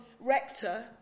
rector